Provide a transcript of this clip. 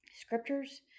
scriptures